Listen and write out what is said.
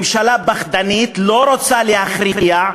ממשלה פחדנית לא רוצה להכריע,